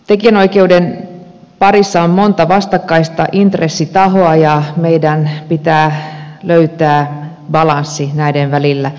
tekijänoikeuden parissa on monta vastakkaista intressitahoa ja meidän pitää löytää balanssi näiden välillä